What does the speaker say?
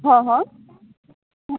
હા હા હા